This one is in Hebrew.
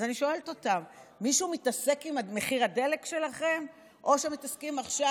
אז אני שואלת אותם: מישהו מתעסק עם מחיר הדלק שלכם או שמתעסקים עכשיו,